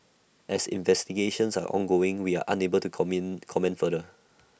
as investigations are ongoing we are unable to coming comment further